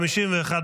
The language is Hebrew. הצבעה.